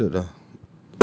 I want chocolate lah